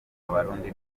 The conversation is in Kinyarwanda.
abarundi